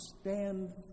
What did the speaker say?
stand